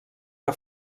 que